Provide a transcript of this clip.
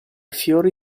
fiori